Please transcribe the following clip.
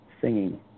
singing